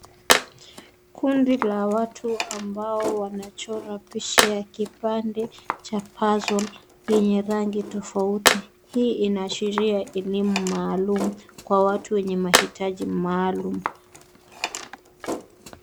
Kundi la watu ambao wanachora picha ya kipande cha puzzle , yenye rangi tofauti. Hii inaashiria elimu maalum kwa watu wenye mahitaji maalum.